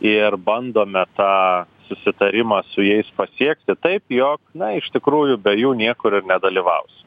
ir bandome tą susitarimą su jais pasiekti taip jog na iš tikrųjų be jų niekur ir nedalyvausiu